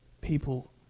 people